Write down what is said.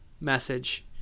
message